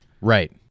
Right